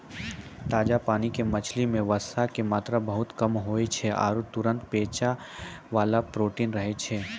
ताजा पानी के मछली मॅ वसा के मात्रा बहुत कम होय छै आरो तुरत पचै वाला प्रोटीन रहै छै